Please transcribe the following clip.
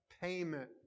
payment